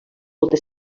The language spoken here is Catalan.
molta